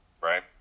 right